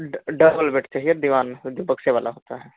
dub double bed चाहिए दीवान बक्से वाला होता है